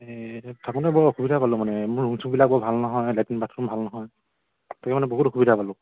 এ থাকোতে বৰ অসুবিধা পালোঁ মানে মোৰ ৰুম চুমবিলাকৰ ভাল নহয় লেট্ৰিন বাথৰুম ভাল নহয় তাকে মানে বহুত অসুবিধা পালোঁ